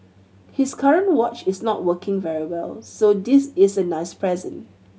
his current watch is not working very well so this is a nice present